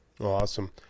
Awesome